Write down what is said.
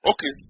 Okay